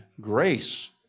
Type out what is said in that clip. grace